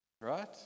right